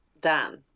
Dan